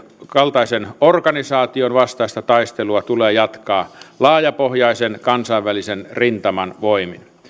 kaltaisen organisaation vastaista taistelua tulee jatkaa laajapohjaisen kansainvälisen rintaman voimin